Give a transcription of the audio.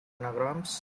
anagrams